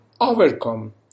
overcome